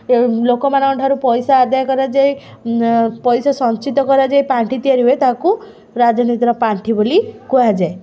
ଲୋକମାନଙ୍କ ଠାରୁ ପଇସା ଆଦାୟ କରାଯାଏ ପଇସା ସଞ୍ଚିତ କରାଯାଏ ପାଣ୍ଠି ତିଆରି ହୁଏ ତାକୁ ରାଜନୀତିର ପାଣ୍ଠି ବୋଲି କୁହାଯାଏ